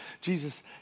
Jesus